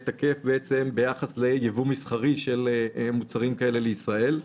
תקף ביחס לייבוא מסחרי של מוצרים כאלה לישראל.